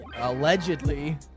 allegedly